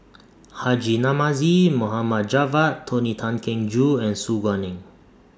Haji Namazie Mohd Javad Tony Tan Keng Joo and Su Guaning